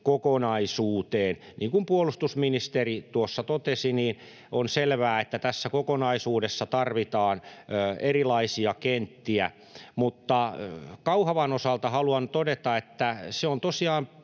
kokonaisuuteen. Niin kuin puolustusministeri tuossa totesi, on selvää, että tässä kokonaisuudessa tarvitaan erilaisia kenttiä, mutta Kauhavan osalta haluan todeta, että se on tosiaan